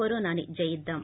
కరోనాను జయిద్దాం